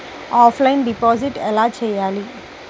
Offline deposit ఎలా చేయాలి?